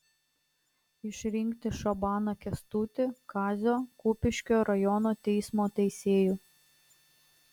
išrinkti šabaną kęstutį kazio kupiškio rajono teismo teisėju